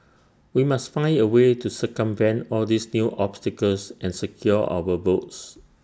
we must find A way to circumvent all these new obstacles and secure our votes